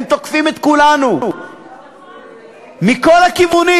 הם תוקפים את כולנו מכל הכיוונים.